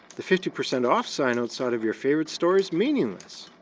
the fifty percent off sign outside of your favorite store is meaningless.